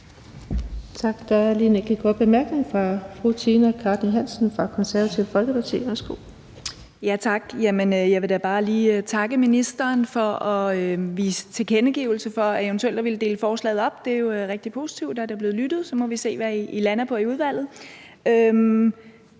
Jeg vil da bare lige takke ministeren for at komme med en tilkendegivelse af eventuelt at ville dele forslaget op. Det er jo rigtig positivt, at der er blevet lyttet. Så må vi se, hvad I lander på i udvalget.